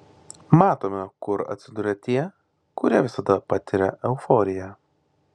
matome kur atsiduria tie kurie visada patiria euforiją